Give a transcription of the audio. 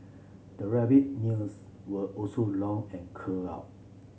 the rabbit nails were also long and curled up